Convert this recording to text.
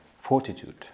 fortitude